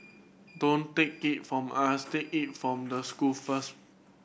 don't take it from us take it from the school first